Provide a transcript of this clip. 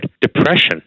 depression